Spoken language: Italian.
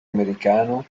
americano